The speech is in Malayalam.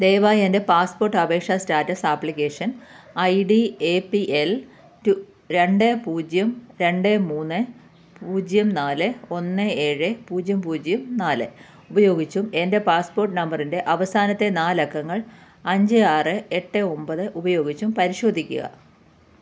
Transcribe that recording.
ദയവായി എൻ്റെ പാസ്പോർട്ട് അപേക്ഷാ status application I D A P L രണ്ട് പൂജ്യം രണ്ട് മൂന്ന് പൂജ്യം നാല് ഒന്ന് ഏഴ് പൂജ്യം പൂജ്യം നാല് ഉപയോഗിച്ചും എൻ്റെ പാസ്പോർട്ട് നമ്പറിൻ്റെ അവസാനത്തെ നാല് അക്കങ്ങൾ അഞ്ച് ആറ് എട്ട് ഒമ്പത് ഉപയോഗിച്ചും പരിശോധിക്കുക